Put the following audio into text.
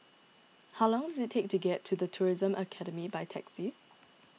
how long does it take to get to the Tourism Academy by taxi